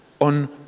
on